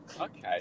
Okay